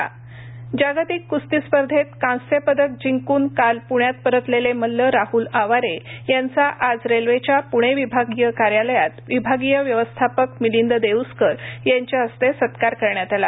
राहुल आवारे जागतिक कुस्ती स्पर्धेत कांस्यपदक जिंकून काल पुण्यात परतलेले मल्ल राहूल आवारे यांचा आज रेल्वेच्या पुणे विभागिय कार्यालयात विभागिय व्यवस्थापक मिलिंद देऊस्कर यांच्या हस्ते सत्कार करण्यात आला